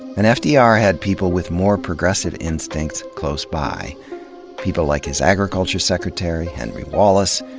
and fdr had people with more progressive instincts close by people like his agriculture secretary, henry wallace,